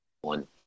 one